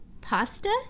pasta